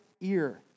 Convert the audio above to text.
ear